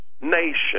nation